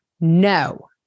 No